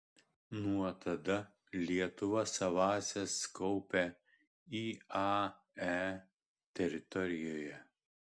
nuo tada lietuva savąsias kaupia iae teritorijoje